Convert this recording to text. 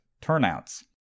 turnouts